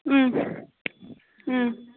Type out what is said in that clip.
ம் ம்